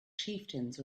chieftains